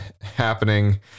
happening